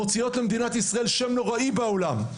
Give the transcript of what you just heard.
מוציאות לעם ישראל שם נוראי בעולם.